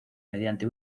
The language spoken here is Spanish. mediante